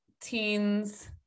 teens